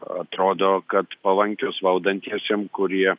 atrodo kad palankios valdantiesiem kurie